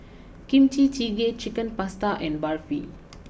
Kimchi Jjigae Chicken Pasta and Barfi